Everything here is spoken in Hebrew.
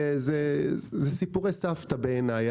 זה סיפורי סבתא בעיניי.